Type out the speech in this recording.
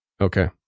Okay